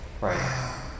Right